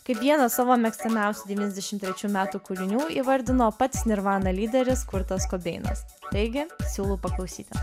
kaip vieną savo mėgstamiausių devyniasdešim trečių metų kūrinių įvardino pats nirvana lyderis kurtas kobeinas taigi siūlau paklausyti